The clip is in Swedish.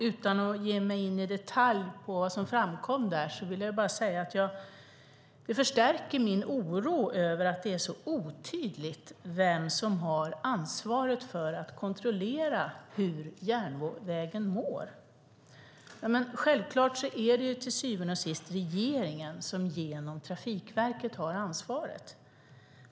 Utan att ge mig in i detalj på vad som framkom vill jag säga att det förstärker min oro över att det är otydligt vem som har ansvaret för att kontrollera hur järnvägen mår. Självklart är det till syvende och sist regeringen som genom Trafikverket har ansvaret.